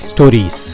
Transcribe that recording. Stories